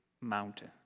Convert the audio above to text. mountain